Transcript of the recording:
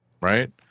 Right